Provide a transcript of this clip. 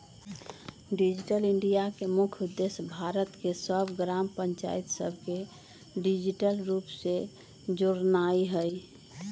digital India के मुख्य उद्देश्य भारत के सभ ग्राम पञ्चाइत सभके डिजिटल रूप से जोड़नाइ हइ